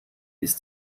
ist